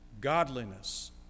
godliness